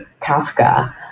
Kafka